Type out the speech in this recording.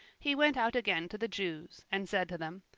he went out again to the jews, and said to them,